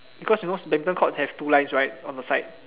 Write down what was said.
because you know centre court has two line right on the side